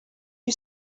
you